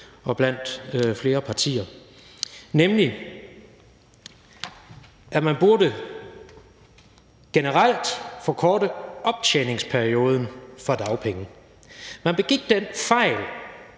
og blandt flere andre partier, nemlig at man generelt burde forkorte optjeningsperioden for dagpenge. Man begik den fejl,